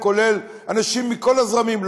כולל אנשים מכל הזרמים,